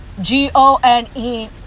g-o-n-e